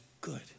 good